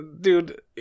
dude